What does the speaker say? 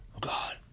God